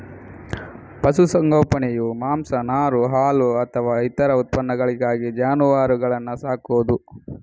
ಪಶು ಸಂಗೋಪನೆಯು ಮಾಂಸ, ನಾರು, ಹಾಲು ಅಥವಾ ಇತರ ಉತ್ಪನ್ನಗಳಿಗಾಗಿ ಜಾನುವಾರುಗಳನ್ನ ಸಾಕುದು